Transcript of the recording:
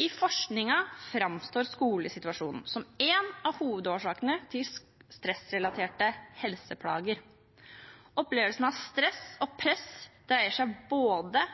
I forskningen framstår skolesituasjonen som en av hovedårsakene til stressrelaterte helseplager. Opplevelsen av stress og press dreier seg både